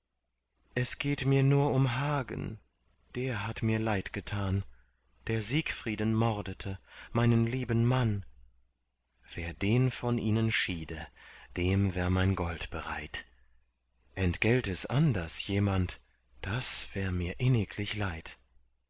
es geht mir nur um hagen der hat mir leid getan der siegfrieden mordete meinen lieben mann wer den von ihnen schiede dem wär mein gold bereit entgält es anders jemand das wär mir inniglich leid